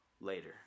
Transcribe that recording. later